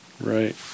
Right